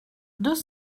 deux